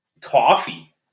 coffee